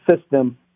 system